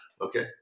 Okay